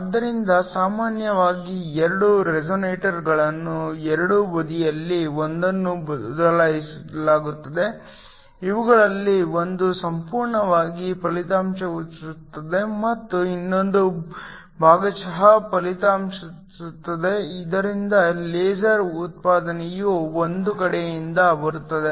ಆದ್ದರಿಂದ ಸಾಮಾನ್ಯವಾಗಿ 2 ರೆಸೋನೇಟರ್ಗಳನ್ನು ಎರಡೂ ಬದಿಯಲ್ಲಿ ಒಂದನ್ನು ಬಳಸಲಾಗುತ್ತದೆ ಇವುಗಳಲ್ಲಿ ಒಂದು ಸಂಪೂರ್ಣವಾಗಿ ಪ್ರತಿಫಲಿಸುತ್ತದೆ ಮತ್ತು ಇನ್ನೊಂದು ಭಾಗಶಃ ಪ್ರತಿಫಲಿಸುತ್ತದೆ ಇದರಿಂದ ಲೇಸರ್ ಉತ್ಪಾದನೆಯು 1 ಕಡೆಯಿಂದ ಬರುತ್ತದೆ